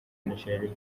nigeria